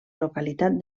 localitat